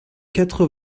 quatre